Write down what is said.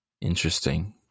Interesting